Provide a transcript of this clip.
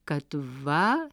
kad va